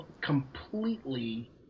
completely